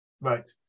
Right